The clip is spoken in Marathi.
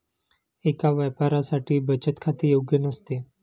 एका व्यापाऱ्यासाठी बचत खाते योग्य नसते